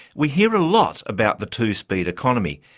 we hear a lot about the two-speed economy.